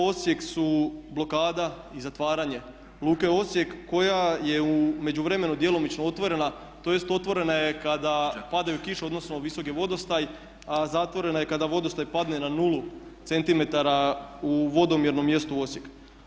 Osijek su blokada i zatvaranje Luke Osijek koja je u međuvremenu djelomično otvorena tj. otvorena je kada padaju kiše odnosno visok je vodostaj a zatvorena je kada vodostaj padne na nulu centimetara u vodomjernom mjestu Osijek.